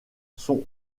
sont